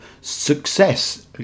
success